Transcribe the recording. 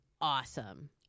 awesome